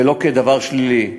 ולא כדבר שלילי.